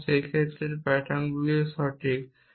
এবং এই ক্ষেত্রে প্যাটার্নগুলি সঠিক